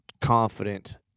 confident